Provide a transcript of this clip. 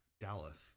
Dallas